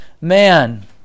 man